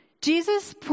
Jesus